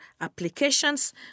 applications